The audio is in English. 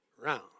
Round